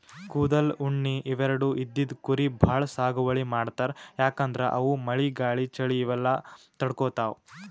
ಕೂದಲ್, ಉಣ್ಣಿ ಇವೆರಡು ಇದ್ದಿದ್ ಕುರಿ ಭಾಳ್ ಸಾಗುವಳಿ ಮಾಡ್ತರ್ ಯಾಕಂದ್ರ ಅವು ಮಳಿ ಗಾಳಿ ಚಳಿ ಇವೆಲ್ಲ ತಡ್ಕೊತಾವ್